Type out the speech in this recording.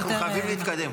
אנחנו חייבים להתקדם.